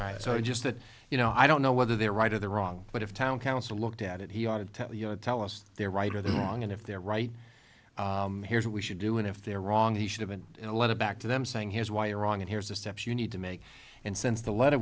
i saw it just that you know i don't know whether they're right or the wrong but if a town council looked at it he would tell you no tell us they're right or the wrong and if they're right here's what we should do and if they're wrong he should have been a letter back to them saying here's why you're wrong and here's the steps you need to make and since the letter